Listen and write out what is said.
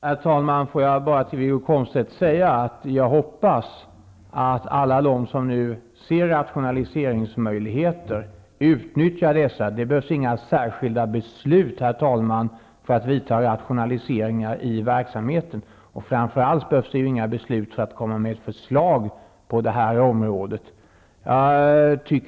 Herr talman! Får jag bara säga till Wiggo Komstedt att jag hoppas att alla de som nu ser rationaliseringsmöjligheter utnyttjar dessa. Det behövs inga särskilda beslut för att vidta rationaliseringar i verksamheten. Framför allt behövs inga beslut för att komma med förslag på detta område.